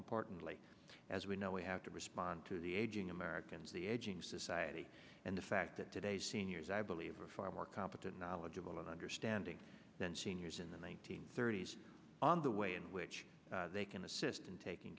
importantly as we know we have to respond to the aging americans the aging society and the fact that today's seniors i believe are far more competent knowledgeable and understanding than seniors in the 's on the way in which they can assist in taking